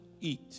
eat